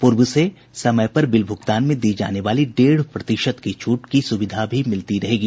पूर्व से समय पर बिल भुगतान में दी जाने वाली डेढ़ प्रतिशत की छूट की भी सुविधा मिलती रहेगी